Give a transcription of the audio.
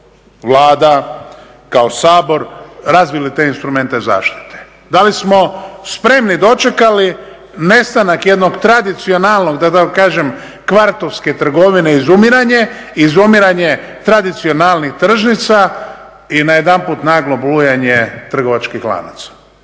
Vlada, kao Sabor razvili te instrumente zaštite? Da li smo spremni dočekali nestanak jednog tradicionalnog, da kažem kvartovske trgovine, izumiranje tradicionalnih tržnica i najedanput naglo bujanje trgovačkih lanaca?